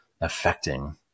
affecting